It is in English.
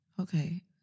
okay